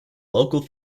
local